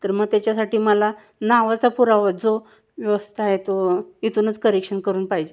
तर मग त्याच्यासाठी मला नावाचा पुरावा जो व्यवस्था आहे तो इथूनच करेक्शन करून पाहिजे